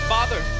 Father